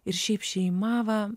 ir šiaip šeima va